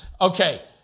Okay